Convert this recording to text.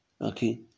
Okay